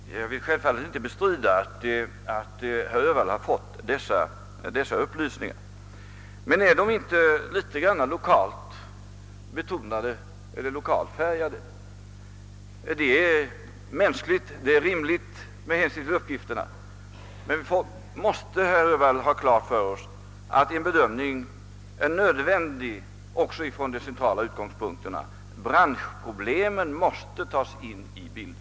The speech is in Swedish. Herr talman! Jag vill självfallet inte bestrida att herr Öhvall har fått dessa upplysningar, men är de inte litet 1okalt färgade? Det är mänskligt och rimligt med hänsyn till uppgifterna, men vi måste, herr Öhvall, ha klart för oss att en bedömning är nödvändig också från de centrala utgångspunkterna. Branschproblemen måste tas in i bilden.